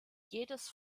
jedes